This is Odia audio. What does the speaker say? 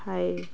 ଥାଏ